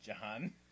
John